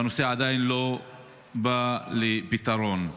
והנושא עדיין לא בא לידי פתרון.